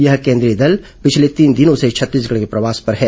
यह केन्द्रीय दल पिछले तीन दिनों से छत्तीसगढ के प्रवास पर हैं